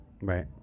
Right